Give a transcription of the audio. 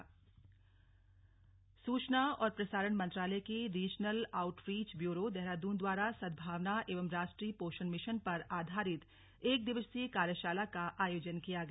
regional outreach bureau सूचना और प्रसारण मंत्रालय के रीजनल आउटरीच ब्यूरो देहरादून द्वारा सद्भावना एवं राष्ट्रीय पोषण मिशन पर आधारित एक दिवसीय कार्यशाला का आयोजन किया गया